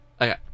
Okay